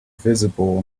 visible